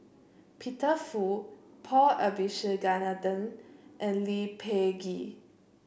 Peter Fu Paul Abisheganaden and Lee Peh Gee